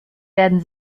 werden